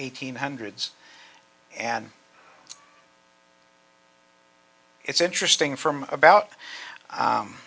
eighteen hundreds and it's interesting from about